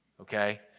okay